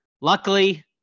luckily